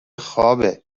خوابه